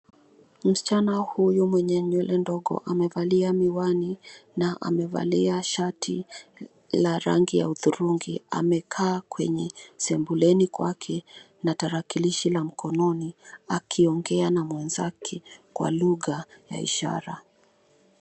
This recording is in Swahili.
Msichana huyu mwenye nywele ndogo amevalia miwani na maevalia shatla rangi ya hudhurungi. Amekaa kwenye sebuleni kwake na tarakilishi la mikononi akiongea na mwenzake kwa lugha ya ishara.